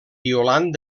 violant